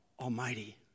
Almighty